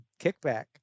Kickback